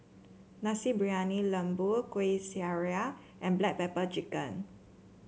Nasi Briyani Lembu Kueh Syara and Black Pepper Chicken